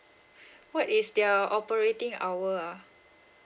what is their operating hour ah